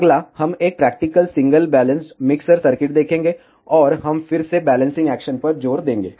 अगला हम एक practical single balanced mixer circuit देखेंगे और हम फिर से बैलेंसिंग एक्शन पर जोर देंगे